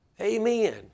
Amen